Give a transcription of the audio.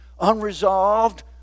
unresolved